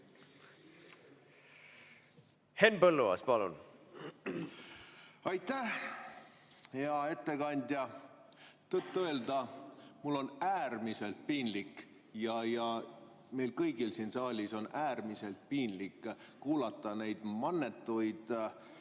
endal on piinlik? Aitäh! Hea ettekandja! Tõtt-öelda mul on äärmiselt piinlik ja meil kõigil siin saalis on äärmiselt piinlik kuulata neid mannetuid